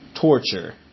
torture